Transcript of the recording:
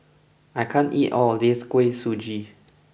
I can't eat all of this Kuih Suji